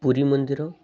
ପୁରୀ ମନ୍ଦିର